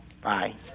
Bye